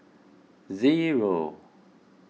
zero